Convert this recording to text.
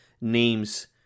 names